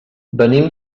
venim